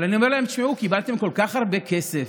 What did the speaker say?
אבל אני אומר להם: תשמעו, קיבלתם כל כך הרבה כסף.